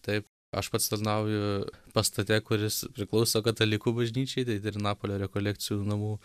taip aš pats tarnauju pastate kuris priklauso katalikų bažnyčiai tai trinapolio rekolekcijų namų